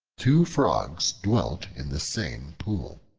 two frogs dwelt in the same pool.